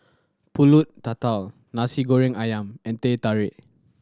Pulut Tatal Nasi Goreng Ayam and Teh Tarik